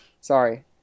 Sorry